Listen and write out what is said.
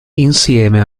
insieme